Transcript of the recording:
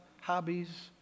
hobbies